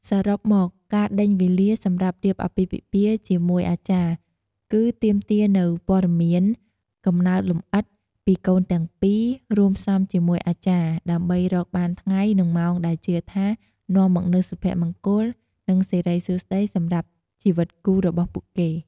សរុបមក ការដេញវេលាសម្រាប់រៀបអាពាហ៍ពិពាហ៍ជាមួយអាចារ្យ គឺទាមទារនូវ ព័ត៌មានកំណើតលម្អិត ពីកូនទាំងពីរ រួមផ្សំជាមួយ អាចារ្យ ដើម្បីរកបានថ្ងៃនិងម៉ោងដែលជឿថា នាំមកនូវសុភមង្គល និងសិរីសួស្ដីសម្រាប់ជីវិតគូរបស់ពួកគេ។